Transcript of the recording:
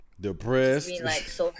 Depressed